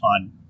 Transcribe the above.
on